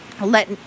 let